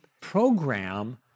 program